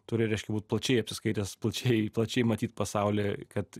tai reiškia būt plačiai apsiskaitęs plačiai plačiai matyt pasaulį kad